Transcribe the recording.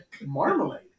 marmalade